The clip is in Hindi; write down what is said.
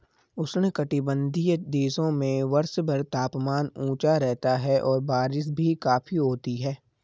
उष्णकटिबंधीय देशों में वर्षभर तापमान ऊंचा रहता है और बारिश भी काफी होती है